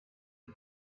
the